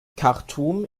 khartum